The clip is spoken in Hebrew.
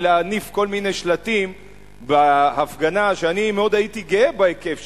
ולהניף כל מיני שלטים בהפגנה שאני מאוד הייתי גאה בהיקף שלה,